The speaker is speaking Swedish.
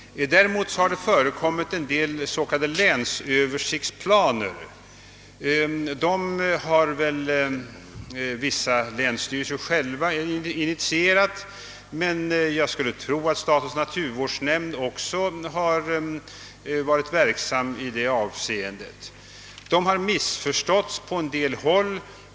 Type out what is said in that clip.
Däremot har det förekommit en del s.k. länsöversiktsplaner, som vissa länsstyrelser själva har initierat men som väl också statens naturvårdsnämnd har medverkat till. De översiktsplanerna har emellertid missförståtts på vissa håll.